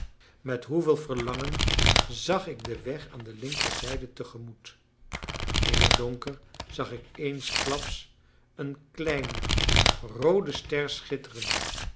met hoeveel verlangen zag ik den weg aan de linkerzijde tegemoet in het donker zag ik eensklaps een klein roode ster schitteren